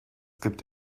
gibt